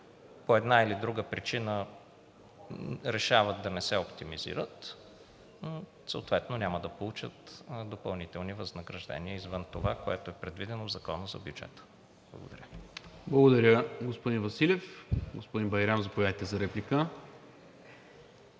по една или друга причина решават да не се оптимизират, съответно няма да получат допълнителни възнаграждения извън това, което е предвидено в Закона за бюджета. Благодаря. ПРЕДСЕДАТЕЛ НИКОЛА МИНЧЕВ: Благодаря, господин Василев. Господин Байрам, заповядайте за реплика.